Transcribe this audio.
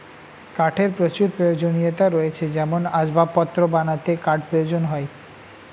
কাঠের প্রচুর প্রয়োজনীয়তা রয়েছে যেমন আসবাবপত্র বানাতে কাঠ প্রয়োজন হয়